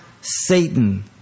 Satan